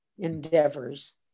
endeavors